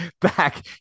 back